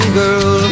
girl